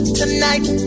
tonight